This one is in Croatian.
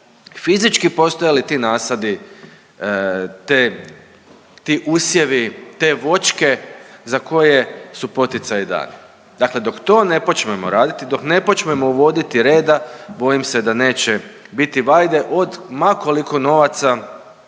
fizički postoje li ti nasadi te ti usjevi te voćke za koje su poticaji dani. Dakle dok to ne počnemo raditi dok ne počnemo uvoditi reda, bojim se da neće biti vajde od ma koliko novaca